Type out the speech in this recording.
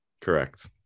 Correct